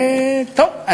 טוב,